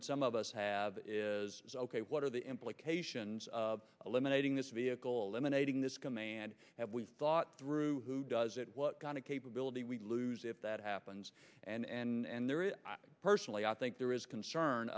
that some of us have is is ok what are the implications of eliminating this vehicle emanating this command that we thought through who does it what kind of capability we lose if that happens and there is i personally i think there is concern